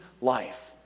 life